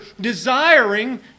desiring